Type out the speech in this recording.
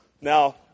Now